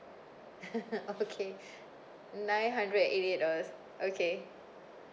okay nine hundred and eighty eight dollars okay